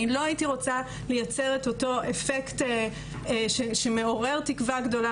לא הייתי רוצה לצייר את אותו אפקט שמעורר תקווה גדולה